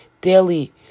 daily